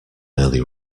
early